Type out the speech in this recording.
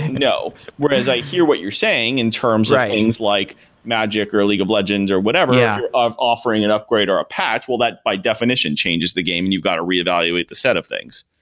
no. whereas i hear what you're saying in terms of things like magic, or league of legends or whatever yeah of offering an upgrade or a patch. well, that by definition, changes the game and you've got to reevaluate the set of things.